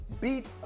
beat